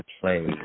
play